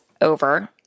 over